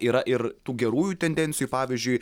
yra ir tų gerųjų tendencijų pavyzdžiui